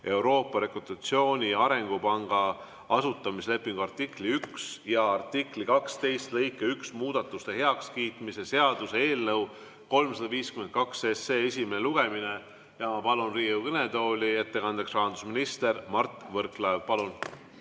Euroopa Rekonstruktsiooni‑ ja Arengupanga asutamislepingu artikli 1 ja artikli 12 lõike 1 muudatuste heakskiitmise seaduse eelnõu 352 esimene lugemine. Ma palun Riigikogu kõnetooli ettekandeks rahandusminister Mart Võrklaeva.